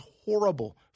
horrible